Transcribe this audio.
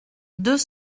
deux